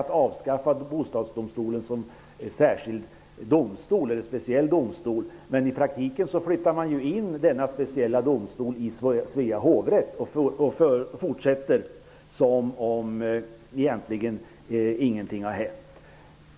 Det viktiga är att avskaffa I praktiken flyttar man in denna speciella domstol i Svea hovrätt och fortsätter som om ingenting egentligen har hänt.